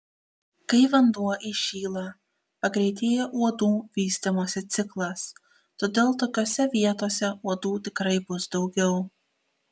kai vanduo įšyla pagreitėja uodų vystymosi ciklas todėl tokiose vietose uodų tikrai bus daugiau